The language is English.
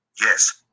Yes